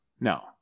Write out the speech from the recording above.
No